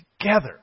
together